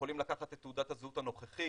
שיכולים לקחת את תעודת הזהות הנוכחית